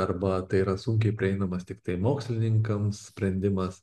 arba tai yra sunkiai prieinamas tiktai mokslininkams sprendimas